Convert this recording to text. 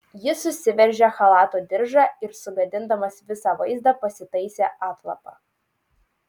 jis susiveržė chalato diržą ir sugadindamas visą vaizdą pasitaisė atlapą